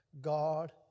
God